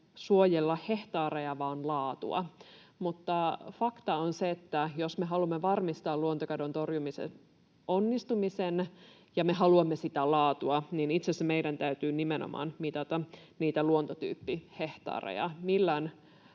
suojella hehtaareja vaan laatua. Mutta fakta on se, että jos me haluamme varmistaa luontokadon torjumisen onnistumisen ja me haluamme sitä laatua, niin itse asiassa meidän täytyy nimenomaan mitata niitä luontotyyppihehtaareja.